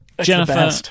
jennifer